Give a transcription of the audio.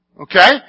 Okay